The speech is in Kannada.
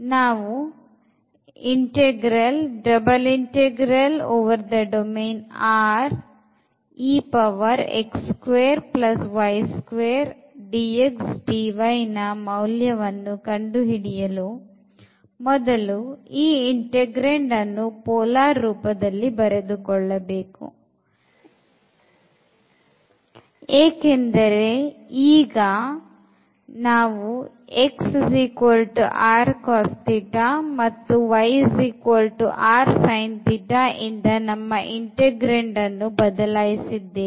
ನಾವು integral ನ ಮೌಲ್ಯವನ್ನು ಕಂಡುಹಿಡಿಯಲು ಮೊದಲು ಈ integrand ಅನ್ನು polar ರೂಪದಲ್ಲಿ ಬರೆದುಕೊಳ್ಳಬೇಕು ಏಕೆಂದರೆ ಈಗ ಮತ್ತು ಇಂದ ನಮ್ಮ integrand ಅನ್ನು ಬದಲಿಸಲಿದ್ದೇವೆ